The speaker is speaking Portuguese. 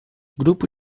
grupo